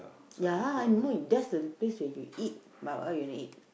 ya I know that's the place where you eat but what you gonna eat